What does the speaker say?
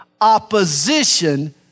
Opposition